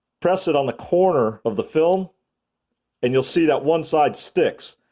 press it on the corner of the film and you'll see that one side sticks.